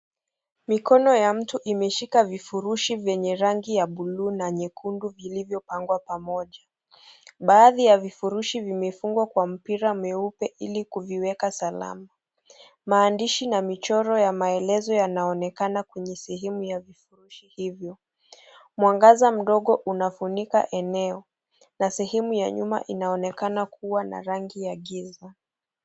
Mikono ya mtu imeshika vifurushi yenye rangi ya buluu na nyekundu iliyopangwa pamoja, baadhi ya vifurushi vimefungwa kwa mpira mweupe ili kuviweka salama .Maandishi na michoro ya maelezo yanaonekana kwenye sehemu ya vifurushi hivyo mwangaza mdogo unafunika eneo na sehemu ya nyuma inaonekana kuwa na rangi ya giza.